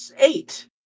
eight